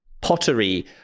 pottery